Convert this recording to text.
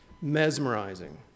mesmerizing